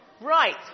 Right